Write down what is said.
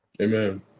amen